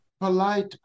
polite